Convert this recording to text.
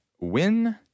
win